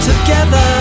together